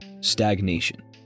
Stagnation